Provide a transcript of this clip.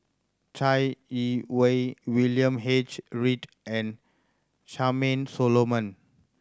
Chai Yee Wei William H Read and Charmaine Solomon